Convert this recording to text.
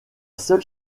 seule